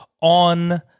on